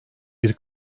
bir